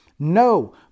No